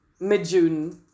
Mid-June